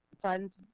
funds